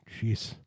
Jeez